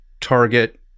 Target